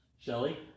Shelly